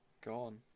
Gone